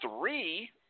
three